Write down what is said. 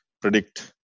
predict